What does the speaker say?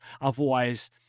Otherwise